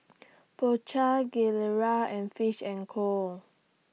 Po Chai Gilera and Fish and Co